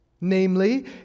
Namely